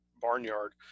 barnyard